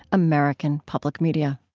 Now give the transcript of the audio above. american public media